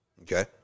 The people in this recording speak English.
okay